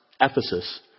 Ephesus